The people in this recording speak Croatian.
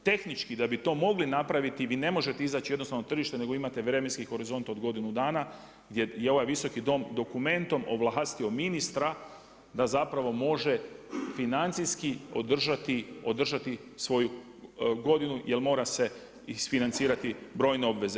I tehnički da bi to mogli napraviti vi ne možete izaći jednostavno na tržište nego imate vremenski horizont od godinu dana gdje je ovaj Visoki dom dokumentom ovlastio ministra da zapravo može financijski održati svoju godinu jer mora se isfinancirati brojne obveze.